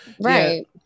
right